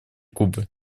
кубы